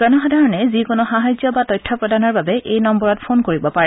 জনসাধাৰণে যিকোনো সাহায্য বা তথ্যৰ প্ৰদানৰ বাবে এই নম্বৰত ফোন কৰিব পাৰে